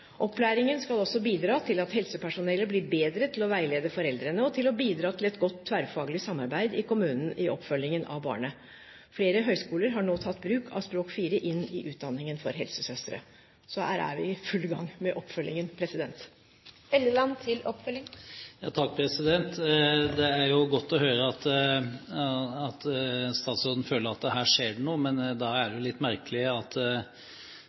Opplæringen skal også bidra til at helsepersonellet blir bedre til å veilede foreldrene og til å bidra til et godt tverrfaglig samarbeid i kommunen i oppfølgingen av barnet. Flere høyskoler har nå tatt bruk av Språk 4 inn i utdanningen for helsesøstre. Så her er vi i full gang med oppfølgingen! Det er jo godt å høre at statsråden føler at her skjer det noe. Men da er det jo litt merkelig at